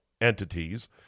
entities